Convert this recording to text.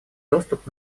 доступ